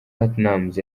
platnumz